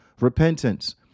repentance